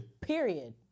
Period